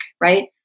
right